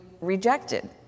rejected